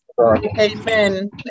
Amen